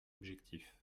objectif